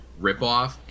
ripoff